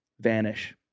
vanish